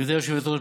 גברתי היושבת-ראש,